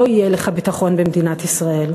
לא יהיה לך ביטחון במדינת ישראל.